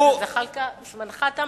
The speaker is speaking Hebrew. זמנך תם.